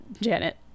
Janet